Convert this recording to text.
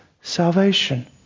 salvation